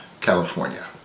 California